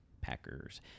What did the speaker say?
Packers